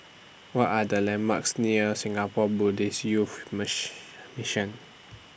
What Are The landmarks near Singapore Buddhist Youth Mission